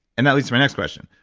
and that leads to my next question.